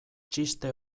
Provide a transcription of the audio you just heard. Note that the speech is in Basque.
txiste